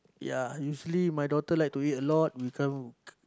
ya usually my daughter like to eat a lot become